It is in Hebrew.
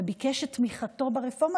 וביקש את תמיכתו ברפורמה,